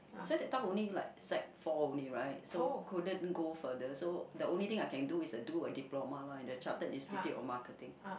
so that time only like Sec four only right so couldn't go further so the only thing I can do is do a diploma lor in a Chartered Institute of Marketing